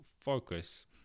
focus